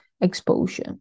exposure